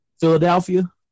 Philadelphia